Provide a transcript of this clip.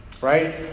right